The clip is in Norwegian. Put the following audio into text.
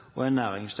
og en